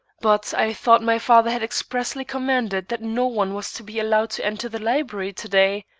but i thought my father had expressly commanded that no one was to be allowed to enter the library to-day,